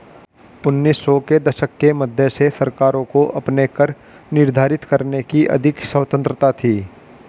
उन्नीस सौ के दशक के मध्य से सरकारों को अपने कर निर्धारित करने की अधिक स्वतंत्रता थी